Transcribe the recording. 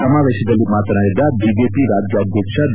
ಸಮಾವೇತದಲ್ಲಿ ಮಾತನಾಡಿದ ಬಿಜೆಪಿ ರಾಜ್ಯಾಧ್ವಕ್ಷ ಬಿ